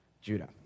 Judah